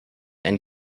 and